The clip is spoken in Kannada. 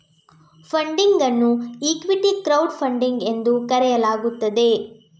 ಫಂಡಿಂಗ್ ಅನ್ನು ಈಕ್ವಿಟಿ ಕ್ರೌಡ್ ಫಂಡಿಂಗ್ ಎಂದು ಕರೆಯಲಾಗುತ್ತದೆ